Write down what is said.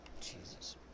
Jesus